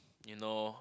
you know